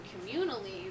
communally